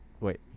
Wait